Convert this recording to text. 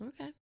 okay